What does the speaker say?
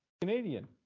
Canadian